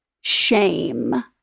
shame